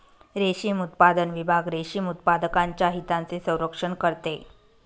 रेशीम उत्पादन विभाग रेशीम उत्पादकांच्या हितांचे संरक्षण करते